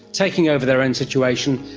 taking over their own situation.